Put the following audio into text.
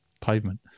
pavement